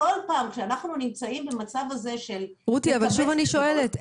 וכל פעם שאנחנו נמצאים במצב הזה --- אני שואלת שוב,